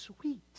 sweet